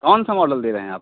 कौन सा मॉडल दे रहे हैं